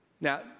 Now